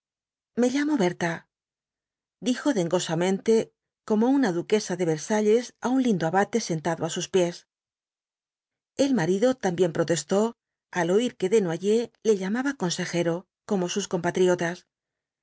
me llamo berta dijo dengosamente como una duquesa de versalles á un lindo abate sentado á sus pies el marido también protestó al oir que desnoyers le llamaba con sejero como sus compatriotas